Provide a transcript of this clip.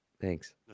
Thanks